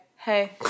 Hey